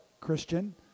Christian